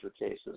cases